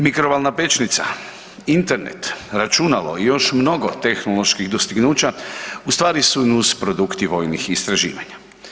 Mikrovalna pećnica, Internet, računalo i još mnogo tehnoloških dostignuća ustvari su nusprodukti vojnih istraživanja.